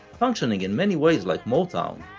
functioning in many ways like motown,